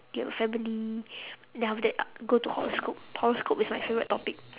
you have family then after that uh go to horoscope horoscope is my favourite topic